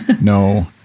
no